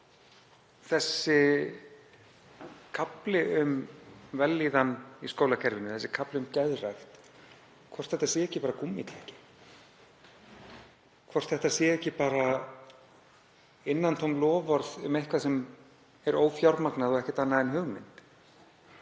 þessi kafli um vellíðan í skólakerfinu, þessi kafli um geðrækt, sé ekki bara gúmmítékki, hvort það séu ekki bara innantóm loforð um eitthvað sem er ófjármagnað og ekkert annað en hugmynd.